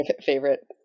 favorite